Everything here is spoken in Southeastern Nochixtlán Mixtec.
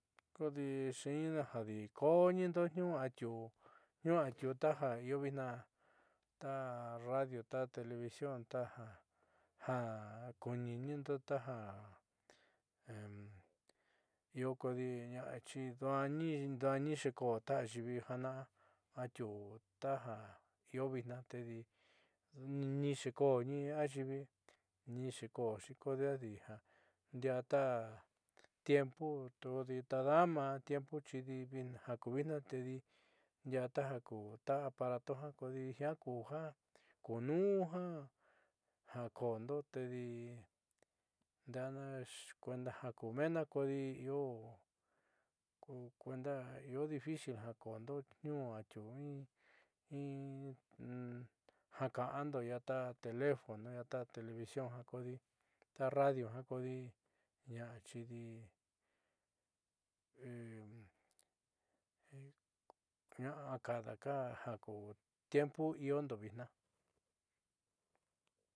Kodi xeeni'inina jako'onindo niuu atiuu taja io vitnaa ta radio ta television taja ja kuni'inindo taja io kodi ña'achi nduaani nduaani xiiko'o ta ayiivi jaana'a atiuu taja io vitnaa tedi nixii koo ni xiiko ayiivi ni xi'iko'oxi kodejadi ndiaa ta tiempo tada'ama tiempu xidi ja ku vitnaa tedi ndiaá taja ku aparatu ja kodi jiaa kuja kuunuun ja ja koondo tedi nde'eana ja ku meenna kodi io ku kuenda io difícil ja koondo niuu atiuu in in ja ka'ando i'ia ta teléfono ia ta televisión ta radio kodi na'achi na'a akada ka tiempo iiondo vitna.